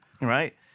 right